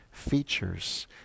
features